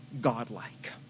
godlike